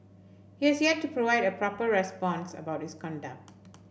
he has yet to provide a proper response about his conduct